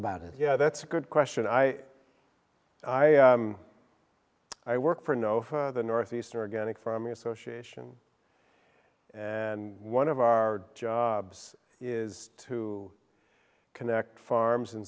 it yeah that's a good question i i i work for no for the northeast organic farming association and one of our jobs is to connect farms